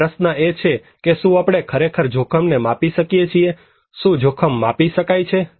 હવે પ્રશ્ન એ છે કે શું આપણે ખરેખર જોખમને માપી શકીએ છીએ શું જોખમ માપી શકાય છે